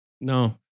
No